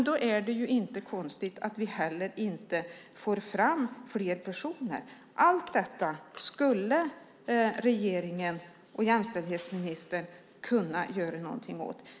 Då är det ju inte heller konstigt att vi inte får fram fler personer. Allt detta skulle regeringen och jämställdhetsministern kunna göra någonting åt.